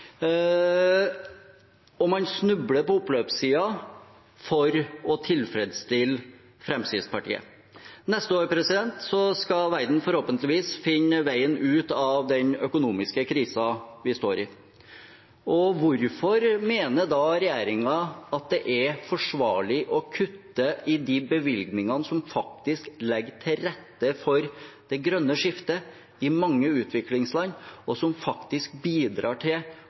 Og man snubler på oppløpssiden for å tilfredsstille Fremskrittspartiet. Neste år skal verden forhåpentligvis finne veien ut av den økonomiske krisen vi står i. Hvorfor mener da regjeringen at det er forsvarlig å kutte i de bevilgningene som faktisk legger til rette for det grønne skiftet i mange utviklingsland, og som faktisk bidrar til